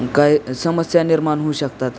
काय समस्या निर्माण होऊ शकतात